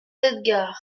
d’edgard